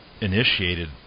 initiated